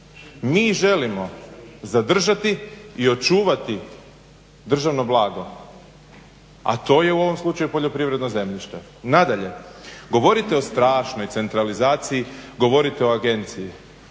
Mi želimo zadržati i očuvati državno blago, a to je u ovom slučaju poljoprivredno zemljište. Nadalje, govorite o strašnoj centralizaciji, govorite o agenciji.